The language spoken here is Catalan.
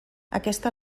aquesta